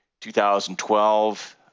2012